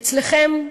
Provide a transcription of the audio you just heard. אצלכם,